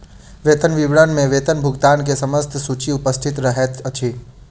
वेतन विवरण में वेतन भुगतान के समस्त सूचि उपस्थित रहैत अछि